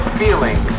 feeling